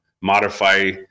modify